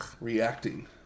reacting